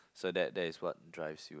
so that that is what drives you